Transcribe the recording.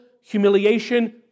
humiliation